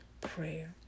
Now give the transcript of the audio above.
prayer